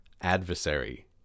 adversary